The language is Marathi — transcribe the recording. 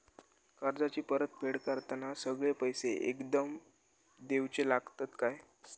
कर्जाची परत फेड करताना सगळे पैसे एकदम देवचे लागतत काय?